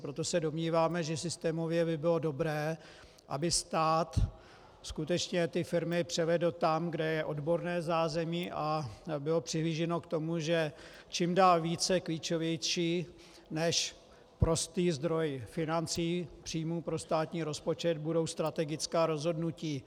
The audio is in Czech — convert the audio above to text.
Proto se domníváme, že systémově by bylo dobré, aby stát skutečně ty firmy převedl tam, kde je odborné zázemí, a bylo přihlíženo k tomu, že čím dál více klíčový než prostý zdroj financí příjmů pro státní rozpočet budou strategická rozhodnutí.